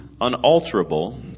unalterable